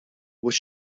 what